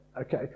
Okay